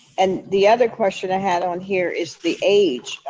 and the other question i had on here is the age.